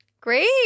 great